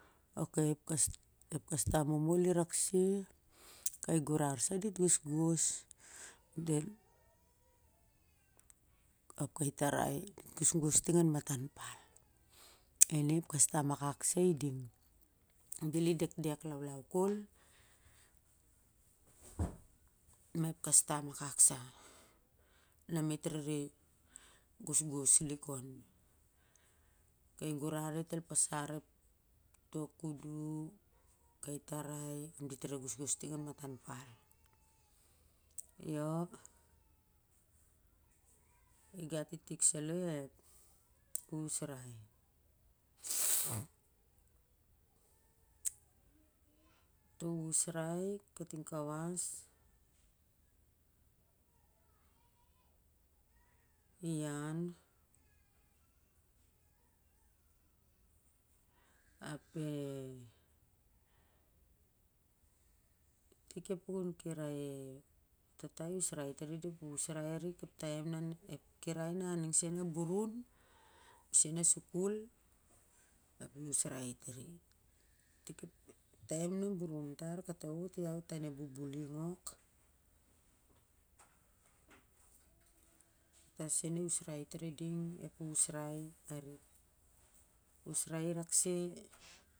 Oaky, ep kastam momol i rak se, kai gurar sah dit gosgos ap ka tarai dit gosgos ting an matan pal ining ep kastam akak sah iding ap bel i dekdek laulau kol ma ep kastam akak sah na mit rere gosgos lik on kai gurar dit el pasar to kudu kai tarai dit re gosgos ting an matan pal io igat i tik salo ep usrai toh usrai akitng kawas ian ap e i tik a pukun kirai e tata i usrai tar i da ep usrai a nik kirai na ning sen a bunbun bisen a sukul ap i usrai tari taem na burun tar katawot ia tan ep bubuling ok tata sen i usrai tari sa ep usrai a rik.